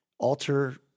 Alter